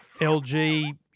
LG